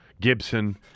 Gibson